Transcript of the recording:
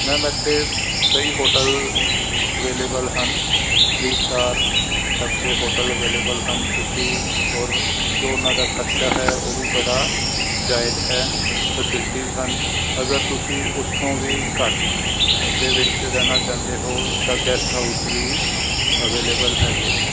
ma'am ਇੱਥੇ ਕਈ hotel available ਹਨ ਥ੍ਰੀ ਸਟਾਰ ਤੱਕ ਦੇ ਹੋਟਲ ਅਵੇਲੇਬਲ ਹਨ ਤੁਸੀਂ ਔਰ ਜੋ ਉਨ੍ਹਾਂ ਦਾ ਖਰਚਾ ਹੈ ਉਹ ਵੀ ਬੜਾ ਜਾਇਜ਼ ਹੈ ਫਸਿਲਟੀਜ ਹਨ ਅਗਰ ਤੁਸੀਂ ਉਸ ਤੋਂ ਵੀ ਘੱਟ ਦੇ ਵਿੱਚ ਰਹਿਣਾ ਚਾਹੰਦੇ ਹੋ ਤਾਂ ਗੈਸਟ ਹਾਊਸ ਵੀ ਅਵੇਲੇਬਲ ਹੈਗੇ ਹਨ